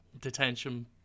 detention